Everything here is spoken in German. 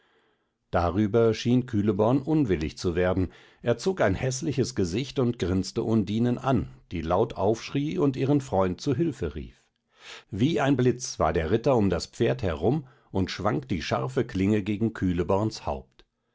darüber schien kühleborn unwillig zu werden er zog ein häßliches gesicht und grinzte undinen an die laut aufschrie und ihren freund zu hülfe rief wie ein blitz war der ritter um das pferd herum und schwang die scharfe klinge gegen kühleborns haupt